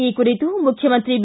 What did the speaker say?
ಈ ಕುರಿತು ಮುಖ್ಯಮಂತ್ರಿ ಬಿ